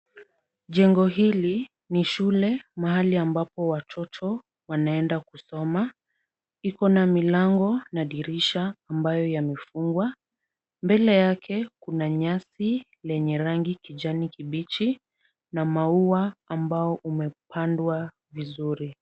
Jengo hili ni shule mahali ambapo watoto wanaenda kusoma , iko na milango na dirisha ambayo yamefungwa, mbele yake kuna nyasi lenye rangi kijani kibichi na maua ambao umepandwa vizuri .